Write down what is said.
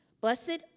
Blessed